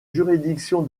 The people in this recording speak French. juridiction